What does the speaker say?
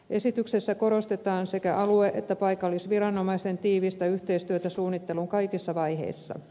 esityksessä korostetaan sekä alue että paikallisviranomaisten tiivistä yhteistyötä suunnittelun kaikissa vaiheissa